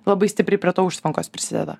labai stipriai prie užtvankos prisideda